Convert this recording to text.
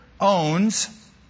owns